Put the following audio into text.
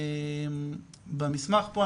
במסמך פה,